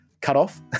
cutoff